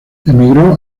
emigró